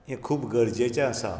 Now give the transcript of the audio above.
हे खूब गरजेचे आसा